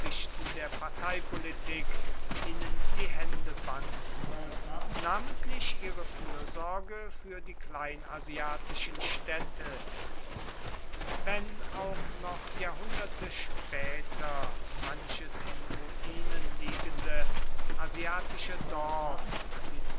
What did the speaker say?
der parteipolitik ihnen die hände banden namentlich ihre fürsorge für die kleinasiatischen städte wenn auch noch jahrhunderte später manches in ruinen liegende asiatische dorf